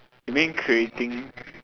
you mean creating